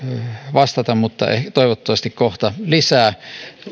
vastata mutta toivottavasti kohta lisää